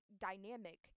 dynamic